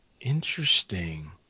Interesting